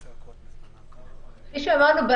כפי שאמרנו,